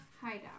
hideout